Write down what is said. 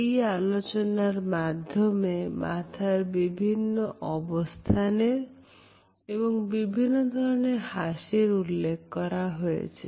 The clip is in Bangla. এই আলোচনার মাধ্যমে মাথা বিভিন্ন অবস্থানের এবং বিভিন্ন ধরনের হাসির উল্লেখ করা হয়েছে